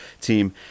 team